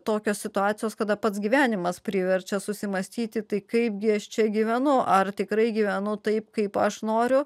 tokios situacijos kada pats gyvenimas priverčia susimąstyti tai kaipgi aš čia gyvenu ar tikrai gyvenu taip kaip aš noriu